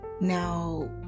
Now